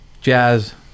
Jazz